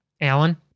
alan